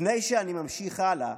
לפני שאני ממשיך הלאה,